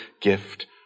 gift